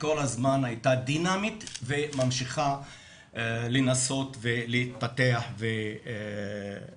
כל הזמן היא הייתה דינמית והמשיכה לנסות ולהתפתח ולפתח.